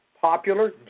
Popular